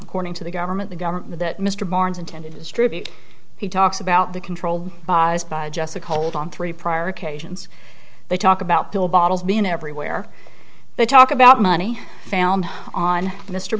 according to the government the government that mr barnes intended as tribute he talks about the control by jessica hold on three prior occasions they talk about pill bottles being everywhere they talk about money found on mr